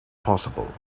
possible